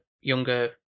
younger